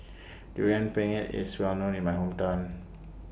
Durian Pengat IS Well known in My Hometown